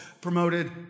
promoted